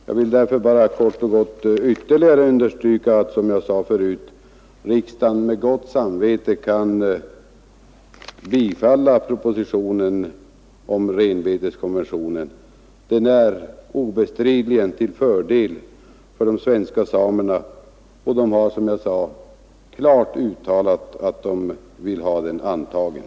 Jag vill därför kort och gott ytterligare understryka, att riksdagen med gott samvete kan bifalla propositionen om renbeteskonventionen. Den är obestridligen till fördel för de svenska samerna, och dessa har klart uttalat att de vill ha den antagen.